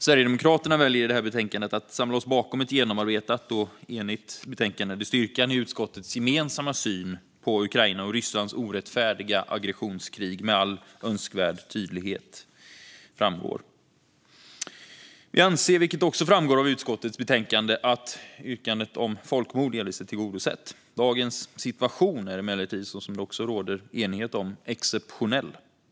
Sverigedemokraterna väljer i det här betänkandet att ställa oss bakom ett genomarbetat och enigt betänkande där styrkan i utskottets gemensamma syn på Ukraina och Rysslands orättfärdiga aggressionskrig framgår med all önskvärd tydlighet. Vi anser, vilket också framgår av utskottets betänkande, att yrkandet om folkmord delvis är tillgodosett. Dagens situation är emellertid, som det också råder enighet om, exceptionell.